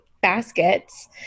baskets